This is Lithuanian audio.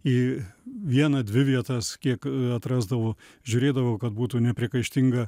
į vieną dvi vietas kiek atrasdavo žiūrėdavo kad būtų nepriekaištinga